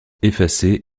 effacées